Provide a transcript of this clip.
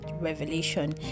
revelation